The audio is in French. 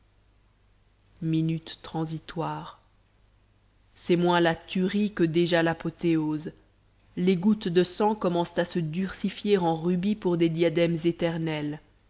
minute transitoire c'est moins la tuerie que déjà l'apothéose les gouttes de sang commencent à se durcifier en rubis pour des diadèmes éternels